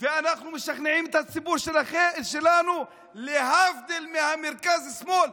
ואנחנו משכנעים את הציבור שלנו להבדיל מהמרכז-שמאל,